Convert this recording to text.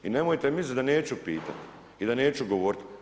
I nemojte misliti da neću pitati i da neću govoriti.